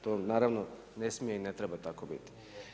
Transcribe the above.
To naravno ne smije i ne treba tako biti.